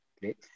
Great